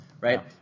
right